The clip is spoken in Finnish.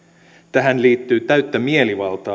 tähän liittyy täyttä mielivaltaa